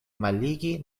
malligi